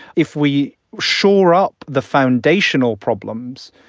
if we shore up the foundational problems,